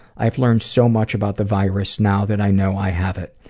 i've learned so much about the virus now that i know i have it.